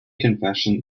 confession